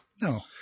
No